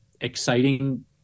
exciting